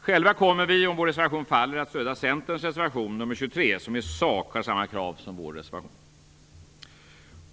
Själva kommer vi om vår reservation faller att stödja Centerns reservation nummer 23, som i sak har samma krav som vår reservation.